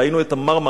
ראינו את ה"מרמרה",